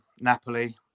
Napoli